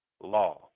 law